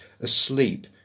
asleep